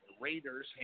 Raiders